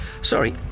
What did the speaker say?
Sorry